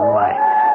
life